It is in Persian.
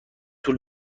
طول